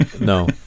no